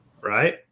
Right